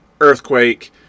earthquake